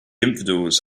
infidels